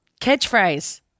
Catchphrase